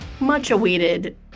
much-awaited